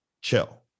chill